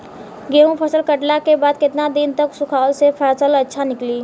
गेंहू फसल कटला के बाद केतना दिन तक सुखावला से फसल अच्छा निकली?